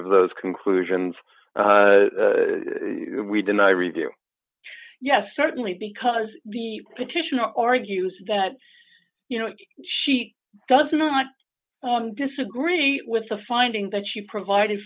of those conclusions we deny review yes certainly because the petitioner argues that you know she does not disagree with the finding that she provided